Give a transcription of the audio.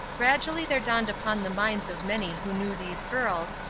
gradually there dawned upon the minds of many who knew these girls,